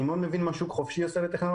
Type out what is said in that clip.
אני מאוד מבין מה שוק חופשי עושה לטכנולוגיה,